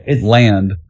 land